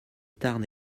tarn